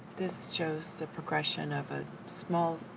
this shows the progression of a small,